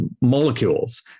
molecules